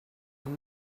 have